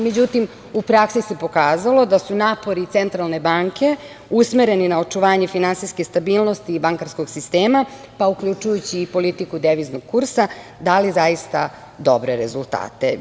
Međutim, u praksi se pokazalo da su napori Centralne banke usmereni na očuvanje finansijske stabilnosti i bankarskog sistema, pa uključujući i politiku deviznog kursa dali zaista dobre rezultate.